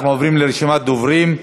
אנחנו עוברים לרשימת הדוברים.